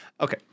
Okay